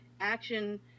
action